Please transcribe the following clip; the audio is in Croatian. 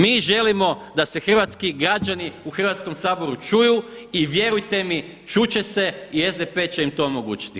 Mi želimo da se hrvatski građani u Hrvatskom saboru čuju i vjerujte mi čut će se i SDP će im to omogućiti.